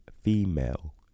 female